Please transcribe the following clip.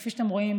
כפי שאתם רואים,